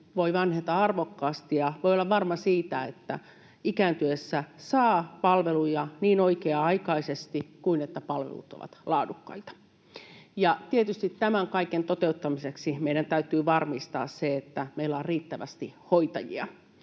voi vanheta arvokkaasti ja voi olla varma siitä, että ikääntyessä saa palveluja oikea-aikaisesti ja että palvelut ovat laadukkaita. Tietysti tämän kaiken toteuttamiseksi meidän täytyy varmistaa se, että meillä on riittävästi hoitajia.